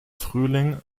frühling